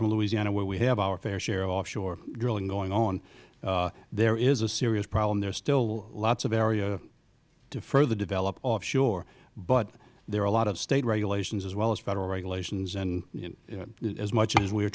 from louisiana where we have our fair share of offshore drilling going on there is a serious problem there is still lots of area to further development offshore but there are a lot of state regulations as well as federal regulations and as much as we